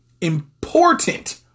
important